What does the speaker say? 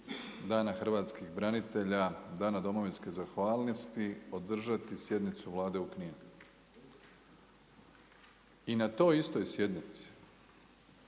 Dana hrvatskih branitelja, Dana domovinske zahvalnosti održati sjednicu Vlade u Kninu. I na toj istoj sjednici